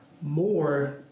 more